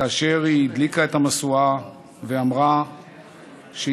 כאשר היא הדליקה את המשואה ואמרה שהיא